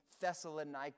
Thessalonica